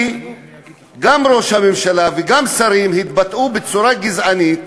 כי גם ראש הממשלה וגם שרים התבטאו בצורה גזענית